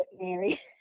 Mary